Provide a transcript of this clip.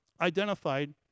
identified